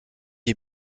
des